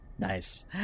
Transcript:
nice